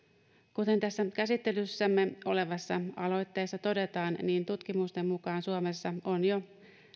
kuten tässä käsittelyssämme olevassa aloitteessa todetaan niin tutkimusten mukaan suomessa on jo